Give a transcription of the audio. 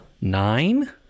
nine